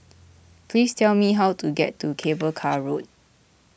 please tell me how to get to Cable Car Road